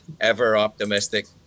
ever-optimistic